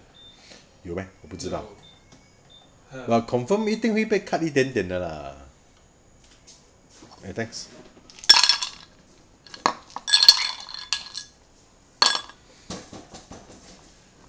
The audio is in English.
我不知道